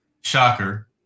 shocker